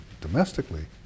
domestically